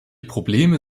probleme